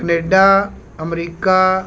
Canada America